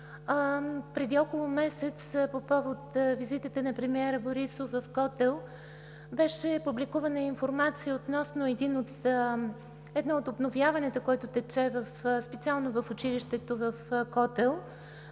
Преди около месец по повод визитата на премиера Борисов в Котел беше публикувана информация относно обновяването, което тече специално в училището в Котел,